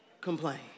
complain